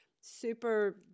super